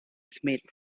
smith